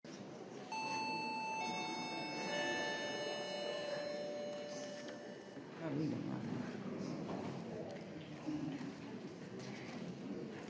Hvala